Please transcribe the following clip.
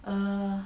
err